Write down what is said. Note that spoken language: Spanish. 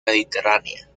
mediterránea